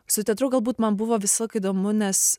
su teatru galbūt man buvo visąlaik įdomu nes